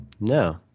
no